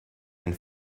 and